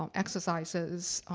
um exercises,